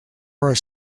are